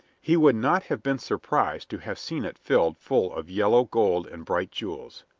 he would not have been surprised to have seen it filled full of yellow gold and bright jewels.